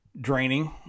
draining